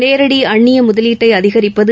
நேரடி அந்நிய முதலீட்டை அதிகரிப்பது